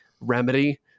remedy